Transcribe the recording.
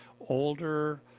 older—